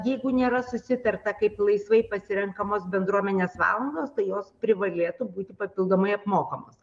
jeigu nėra susitarta kaip laisvai pasirenkamos bendruomenės valandos tai jos privalėtų būti papildomai apmokamos